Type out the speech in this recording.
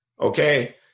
okay